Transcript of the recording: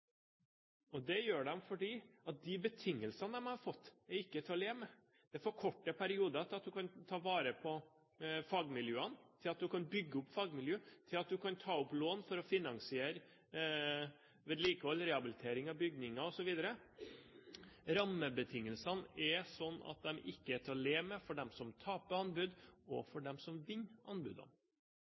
samme. Det gjør de fordi de betingelsene de har fått, er ikke til å leve med. Det er for korte perioder til at man kan ta vare på fagmiljøene, til at man kan bygge opp fagmiljø, til at man kan ta opp lån for å finansiere vedlikehold, rehabilitering av bygninger, osv. Rammebetingelsene er sånn at de ikke er til å leve med for dem som taper anbudene, og for dem som vinner